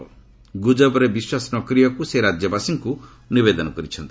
ଗୁଜବରେ ବିଶ୍ୱାସ ନ କରିବାକୁ ସେ ରାଜ୍ୟବାସୀଙ୍କୁ ନିବେଦନ କରିଛନ୍ତି